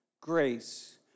Grace